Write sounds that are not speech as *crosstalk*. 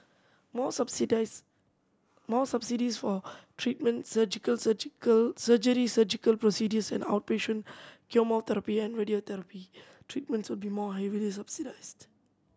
more *unintelligible* more subsidies for treatment surgical surgical surgery surgical procedures and outpatient chemotherapy and radiotherapy treatments will be more heavily subsidized